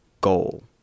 goal